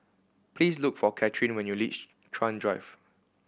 please look for Cathrine when you reach Chuan Drive